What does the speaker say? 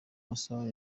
masaha